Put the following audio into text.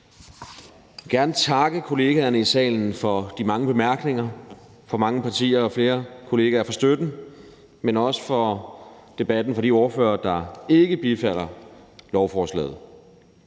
Jeg vil gerne takke kollegaerne i salen for de mange bemærkninger og mange partier og flere kollegaer for støtten, men også for debatten fra de ordførere, der ikke bifalder lovforslaget.